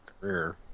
career